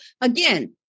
again